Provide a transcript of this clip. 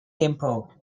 gimpo